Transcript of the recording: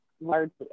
largely